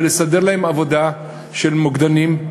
ולסדר להם עבודה של מוקדנים,